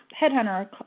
headhunter